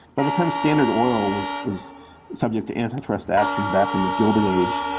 by the time standard oil was was subject to anti-trust action back in the gilded age,